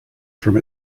from